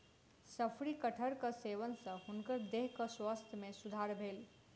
शफरी कटहरक सेवन सॅ हुनकर देहक स्वास्थ्य में सुधार भेल